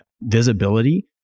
visibility